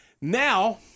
Now